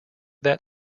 that